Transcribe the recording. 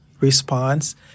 response